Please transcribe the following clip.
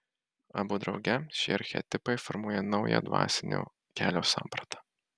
abu drauge šie archetipai formuoja naują dvasinio kelio sampratą